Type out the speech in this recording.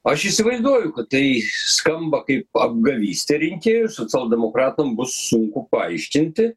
aš įsivaizduoju kad tai skamba kaip apgavystė rinkėjų socialdemokratam bus sunku paaiškinti